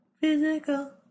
Physical